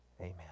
Amen